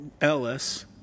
Ellis